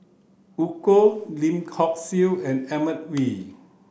Eu Kong Lim Hock Siew and Edmund Wee